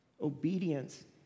Obedience